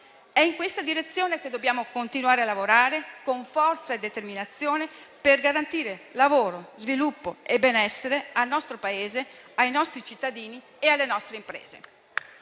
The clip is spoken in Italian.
È in questa direzione che dobbiamo continuare a lavorare con forza e determinazione per garantire lavoro, sviluppo e benessere al nostro Paese, ai nostri cittadini e alle nostre imprese.